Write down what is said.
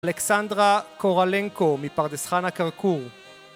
אלכסנדרה קורלנקו מפרדס חנה כרכור